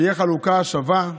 שתהיה חלוקה שווה.